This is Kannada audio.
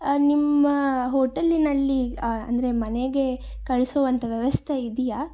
ನಿಮ್ಮ ಹೋಟೆಲಿನಲ್ಲಿ ಅಂದರೆ ಮನೆಗೆ ಕಳಿಸುವಂಥ ವ್ಯವಸ್ಥೆ ಇದೆಯಾ